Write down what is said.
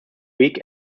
week